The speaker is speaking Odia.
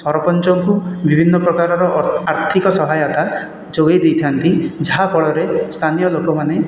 ସରପଞ୍ଚଙ୍କୁ ବିଭିନ୍ନ ପ୍ରକାରର ଆର୍ଥିକ ସହାୟତା ଯୋଗାଇ ଦେଇଥାନ୍ତି ଯାହା ଫଳରେ ସ୍ଥାନୀୟ ଲୋକମାନେ